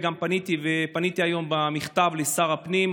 וגם פניתי היום במכתב לשר הפנים,